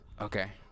Okay